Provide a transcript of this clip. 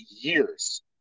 years